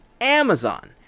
Amazon